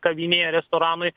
kavinėje restoranui